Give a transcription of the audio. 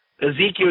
Ezekiel